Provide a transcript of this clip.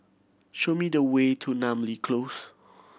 show me the way to Namly Close